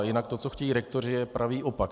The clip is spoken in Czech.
Jinak to, co chtějí rektoři, je pravý opak.